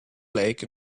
lake